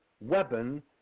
weapon